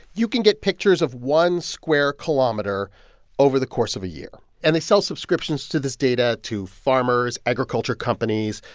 you can get pictures of one square kilometer over the course of a year. and they sell subscriptions to this data to farmers, agriculture companies,